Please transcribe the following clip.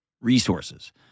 resources